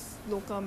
!huh!